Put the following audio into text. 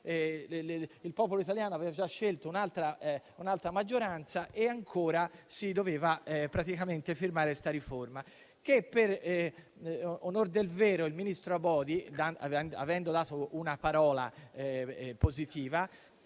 il popolo italiano aveva già scelto un'altra maggioranza e ancora si doveva praticamente firmare questa riforma. A onor del vero il ministro Abodi, avendo dato la sua parola,